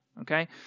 okay